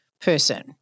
person